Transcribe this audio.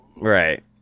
right